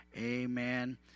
Amen